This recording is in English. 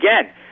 again